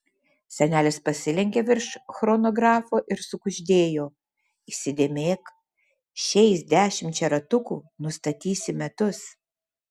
senelis pasilenkė virš chronografo ir sukuždėjo įsidėmėk šiais dešimčia ratukų nustatysi metus